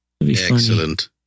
Excellent